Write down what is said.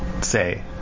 say